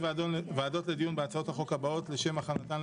אני מתכבד לפתוח את ישיבת ועדת הכנסת,